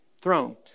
throne